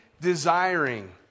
desiring